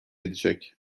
edecek